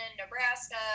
nebraska